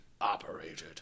operated